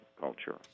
culture